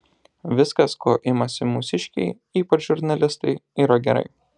viskas ko imasi mūsiškiai ypač žurnalistai yra gerai